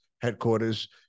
headquarters